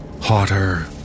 hotter